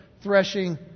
threshing